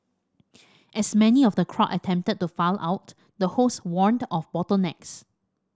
as many of the crowd attempted to file out the hosts warned of bottlenecks